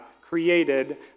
created